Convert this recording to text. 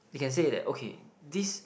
they can say that okay this